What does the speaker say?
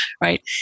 right